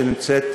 שנמצאת,